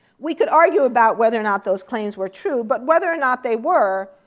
we could argue about whether or not those claims were true, but whether or not they were,